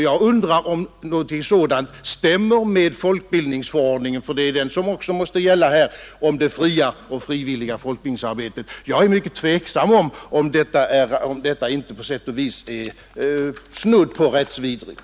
Jag undrar om det stämmer med folkbildningsförordningen — den måste gälla här — om det fria och frivilliga folkbildningsarbetet. Jag måste fråga om inte detta på sätt och vis är rättsvidrigt.